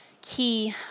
key